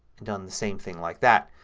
done the same thing like that.